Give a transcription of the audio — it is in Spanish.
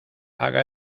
haga